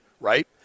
right